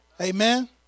Amen